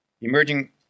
Emerging